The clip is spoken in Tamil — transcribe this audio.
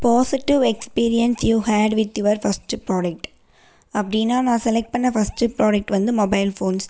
positive experience you had with your first product அப்படின்னா நான் செலெக்ட் பண்ண ஃபஸ்ட்டு ப்ராடெக்ட் வந்து மொபைல் ஃபோன்ஸ்